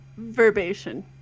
verbation